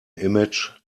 image